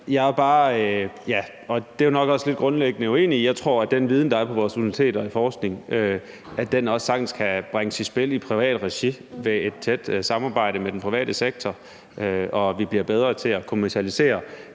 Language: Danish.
Melson (V): Tak. Det er jeg nok bare grundlæggende lidt uenig i. Jeg tror, at den viden og den forskning, der er på vores universiteter, også sagtens kan bringes i spil i privat regi ved et tæt samarbejde med den private sektor, og ved at vi bliver bedre til at kommercialisere